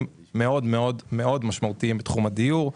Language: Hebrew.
מאוד מאוד משמעותיים בתחום הדיור,